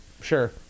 Sure